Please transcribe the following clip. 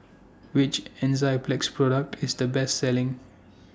Which Enzyplex Product IS The Best Selling